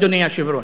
אדוני היושב-ראש.